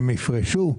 הם יפרשו?